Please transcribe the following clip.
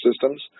Systems